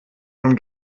von